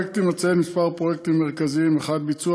אציין כמה פרויקטים מרכזיים של המשרד: 1. ביצוע